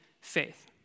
faith